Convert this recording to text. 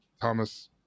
thomas